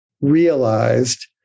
realized